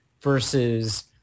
versus